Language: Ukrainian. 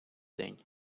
день